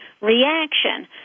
reaction